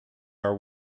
are